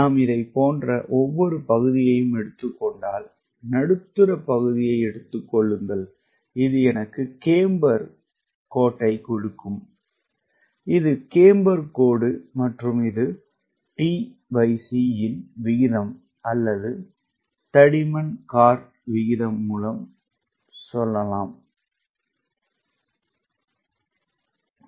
நாம் இதைப் போன்ற ஒவ்வொரு பகுதியையும் எடுத்துக் கொண்டால் நடுத்தர பகுதியை எடுத்துக் கொள்ளுங்கள் இது எனக்கு கேம்பர் கோட்டைக் கொடுக்கும் இது கேம்பர் கோடு மற்றும் இது tc விகிதம் அல்லது தடிமன் கார்ட் மூலம் பரிமாணப்படுத்தப்பட்டதாகும்